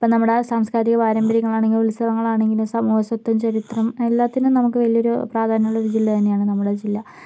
ഇപ്പോൾ നമ്മുടെ സാംസ്കാരിക പാരമ്പര്യങ്ങൾ ആണെങ്കിലും ഉത്സവങ്ങൾ ആണെങ്കിലും സാമൂഹ്യ ശാസ്ത്രം ചരിത്രം എല്ലാത്തിനും നമുക്ക് വലിയൊരു പ്രാധാന്യമുള്ള ഒരു ജില്ല തന്നെയാണ് നമ്മുടെ ജില്ല